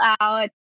out